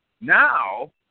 Now